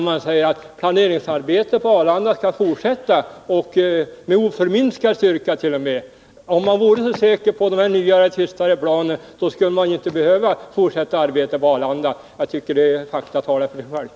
Man säger att planeringsarbetet på Arlanda skall fortsätta — med oförminskad styrka t.o.m. Om man vore så säker på de här nya tystare flygplanen så skulle man ju inte behöva fortsätta att arbeta på Arlandaprojektet. Jag tycker att fakta talar för sig själva.